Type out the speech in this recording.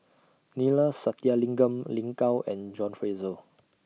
Neila Sathyalingam Lin Gao and John Fraser